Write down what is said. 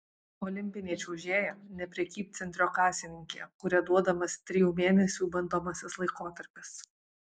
olimpinė čiuožėja ne prekybcentrio kasininkė kuria duodamas trijų mėnesių bandomasis laikotarpis